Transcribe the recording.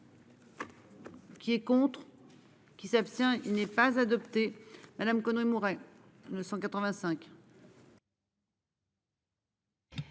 Qui est contre. Qui s'abstient. Il n'est pas adopté madame Conway Mouret le 185.